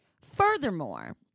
Furthermore